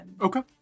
Okay